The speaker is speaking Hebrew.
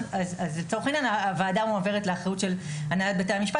לצורך העניין הוועדה מועברת לאחריות של הנהלת בתי המשפט